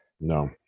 No